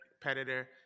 competitor